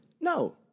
no